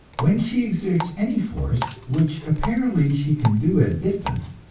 when she exerts any force, which apparently she can do at a distance,